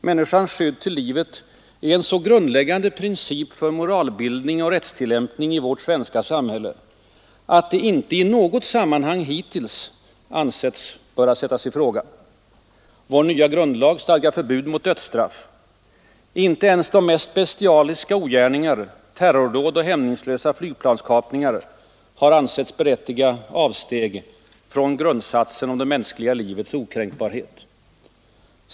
Människans skydd till livet är en så grundläggande princip för moralbildning och rättstillämpning i vårt svenska samhälle att det inte i något sammanhang hittills ansetts böra ifrågasättas. Vår nya grundlag stadgar förbud mot dödsstraff. Inte ens de mest bestialiska ogärningar, terrordåd och hämningslösa flygplanskapningar har ansetts berättiga avsteg från grundsatsen om det mänskliga livets okränkbarhet.